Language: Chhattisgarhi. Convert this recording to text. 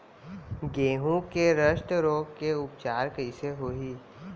गेहूँ के रस्ट रोग के उपचार कइसे होही?